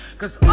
cause